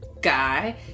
guy